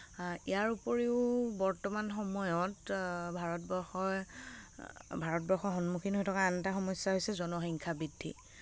ইয়াৰ ওপৰিও বৰ্তমান সময়ত ভাৰতবৰ্ষই ভাৰতবৰ্ষই সন্মুখীন হৈ থকা আন এটা সমস্যা হৈছে জনসংখ্যা বৃদ্ধি